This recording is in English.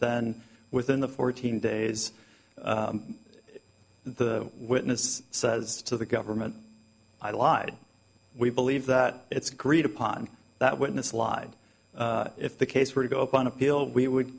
then within the fourteen days the witness says to the government i lied we believe that it's agreed upon that witness lied if the case were to go up on appeal we would